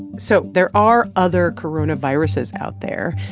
so there are other coronaviruses out there.